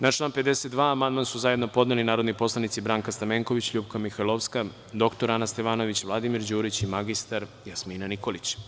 Na član 52. amandman su zajedno podneli narodni poslanici Branka Stamenković, LJupka Mihajlovska, dr Ana Stevanović, Vladimir Đurić i mr Jasmina Nikolić.